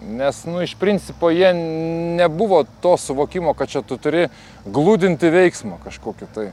nes nu iš principo jie nebuvo to suvokimo kad čia tu turi gludinti veiksmą kažkokį tai